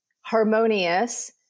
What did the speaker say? harmonious